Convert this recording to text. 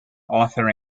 author